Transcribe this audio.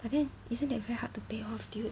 but then isn't that very hard to pay off dude